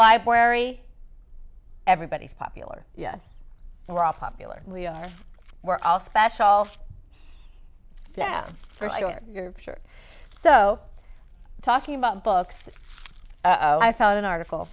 library everybody's popular yes we're all popular and we're all special now for short so talking about books i found an article